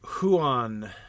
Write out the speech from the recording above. Huan